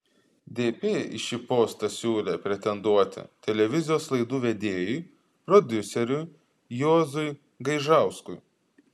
dp į šį postą siūlė pretenduoti televizijos laidų vedėjui prodiuseriui juozui gaižauskui